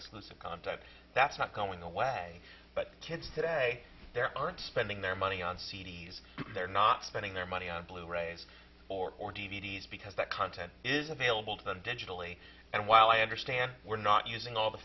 exclusive content that's not going away but kids today there aren't spending their money on c d s they're not spending their money on blu rays or d v d s because that content is available to them digitally and while i understand we're not using all the